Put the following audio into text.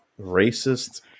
racist